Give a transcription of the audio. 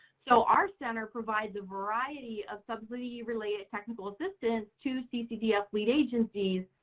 so, our center provides a variety of subsidy-related technical assistance to ccdf lead agencies,